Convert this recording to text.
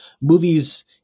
movies